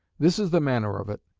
this is the manner of it.